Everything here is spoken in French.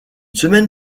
semaine